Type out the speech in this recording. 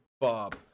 Bob